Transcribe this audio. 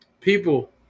People